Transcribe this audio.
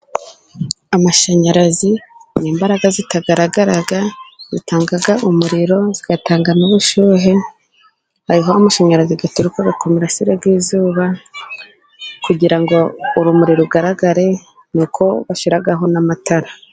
Amashanyarazi ni imbaraga zitagaragara zitanga umuriro, zigatanga n' ubushyuhe; amashanyarazi aturuka ku mirasire y' izuba, kugira ngo urumuri rugaragare nuko bashyiraho n' amatara.